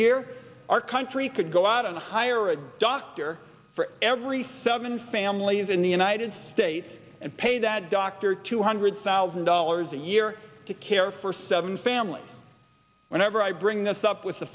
year our country could go out and hire a doctor for every seven families in the united states and pay that dr two hundred thousand dollars a year to care for seven family whenever i bring this up with